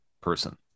person